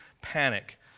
panic